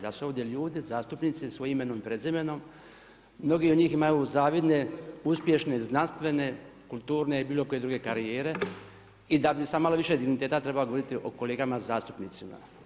Da su ovdje ljudi, zastupnici sa svojim imenom i prezimenom mnogi od njih imaju zavidne uspješne znanstvene, kulturne ili bilo koje druge karijere i bi sa malo više digniteta trebao govoriti o kolegama zastupnicima.